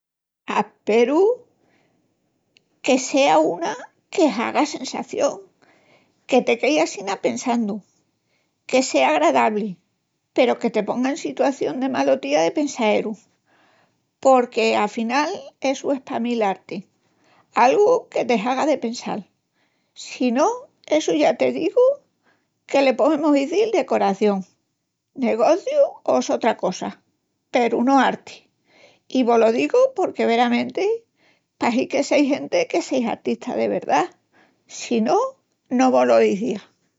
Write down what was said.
Asperu que sea una que haga sensación, que te quei assina pensandu, que sea agradabli, peru que te ponga en sitación de malotía de pensaeru, porque afinal essu es pa mí l'arti, algu que te haga de pensal. Si no essu ya te digu que le poemus izil decoración, negociu o sotra cosa, peru no arti. I vo-lo digu porque veramenti pahi que seis genti que seis artistas de verdá, que si no, no vo-lo izía.